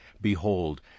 Behold